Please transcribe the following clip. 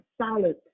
solid